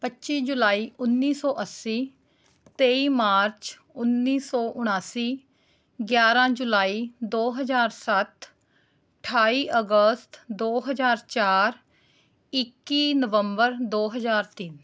ਪੱਚੀ ਜੁਲਾਈ ਉੱਨੀ ਸੌ ਅੱਸੀ ਤੇਈ ਮਾਰਚ ਉੱਨੀ ਸੌ ਉਨਾਸੀ ਗਿਆਰਾਂ ਜੁਲਾਈ ਦੋ ਹਜ਼ਾਰ ਸੱਤ ਅਠਾਈ ਅਗਸਤ ਦੋ ਹਜ਼ਾਰ ਚਾਰ ਇੱਕੀ ਨਵੰਬਰ ਦੋ ਹਜ਼ਾਰ ਤਿੰਨ